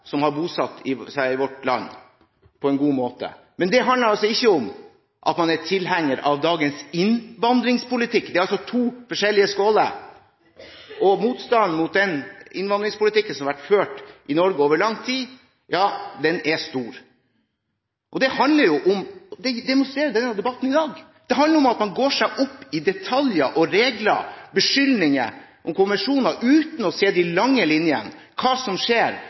som har bosatt seg i vårt land, på en god måte. Men det handler altså ikke om at man er tilhenger av dagens innvandrerpolitikk. Det er to forskjellige skåler. Motstanden mot den innvandringspolitikken som har vært ført i Norge over lang tid, er stor. Det handler om – og det demonstrerer denne debatten i dag – at man går seg vill i detaljer og regler og beskyldninger om konvensjoner uten å se de lange linjene, hva som skjer,